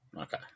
Okay